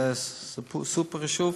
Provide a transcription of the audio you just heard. זה סופר-חשוב,